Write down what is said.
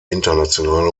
internationale